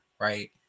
right